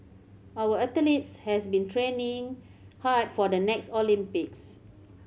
our athletes has been training hard for the next Olympics